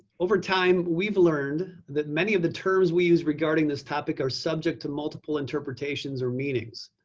over time, we've learned that many of the terms we use regarding this topic are subject to multiple interpretations or meanings.